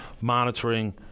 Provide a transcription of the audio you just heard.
monitoring